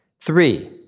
Three